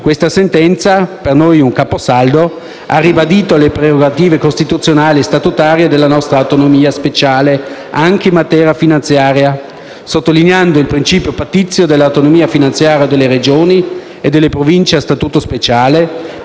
Questa sentenza, per noi un caposaldo, ha ribadito le prerogative costituzionali e statutarie della nostra autonomia speciale anche in materia finanziaria, sottolineando il principio pattizio dell'autonomia finanziaria delle Regioni e delle Province a statuto speciale,